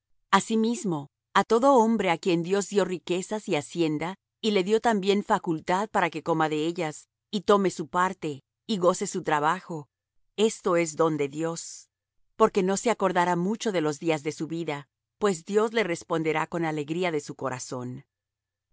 asimismo á todo hombre á quien dios dió riquezas y hacienda y le dió también facultad para que coma de ellas y tome su parte y goce su trabajo esto es don de dios porque no se acordará mucho de los días de su vida pues dios le responderá con alegría de su corazón